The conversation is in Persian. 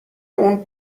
اون